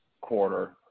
quarter